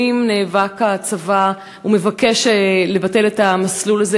שנים נאבק הצבא ומבקש לבטל את המסלול הזה,